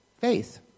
Faith